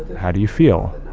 how do you feel?